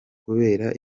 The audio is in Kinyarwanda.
kubera